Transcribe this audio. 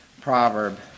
proverb